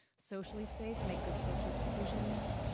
socially safe, make good social decisions,